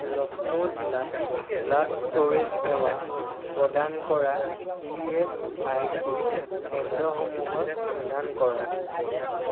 লক্ষ্ণৌ জিলাত blood storage সেৱা প্ৰদান কৰা ই এচ আই চি কেন্দ্ৰসমূহৰ সন্ধান কৰক